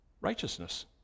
righteousness